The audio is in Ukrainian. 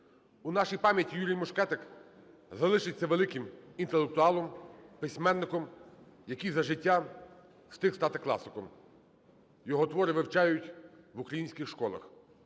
У нашій пам'яті Юрій Мушкетик залишиться великим інтелектуалом, письменником, який за життя встиг стати класиком. Його твори вивчають в українських школах.